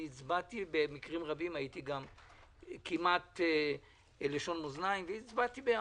הצבעתי במקרים רבים הייתי גם כמעט לשון מאזניים והצבעתי בעד.